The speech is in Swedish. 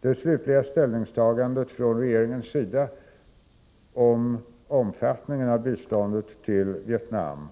Det slutliga ställningstagandet från regeringens sida när det gäller omfattningen av biståndet till Vietnam